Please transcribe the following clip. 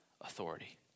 authority